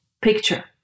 picture